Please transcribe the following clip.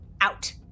out